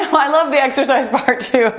um i love the exercise part, too,